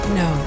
no